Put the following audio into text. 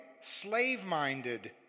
slave-minded